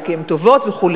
אלא כי הן טובות וכו'.